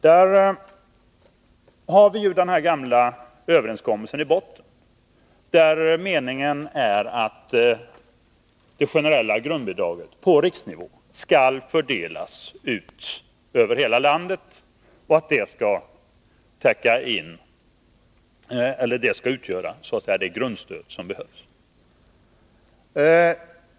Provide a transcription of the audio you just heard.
Där har vi den gamla överenskommelsen i botten, och meningen är att det generella grundbidraget på riksnivå skall fördelas ut över hela landet och att det skall utgöra det grundstöd som behövs.